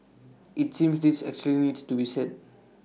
IT seems this actually needs to be said